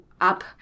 up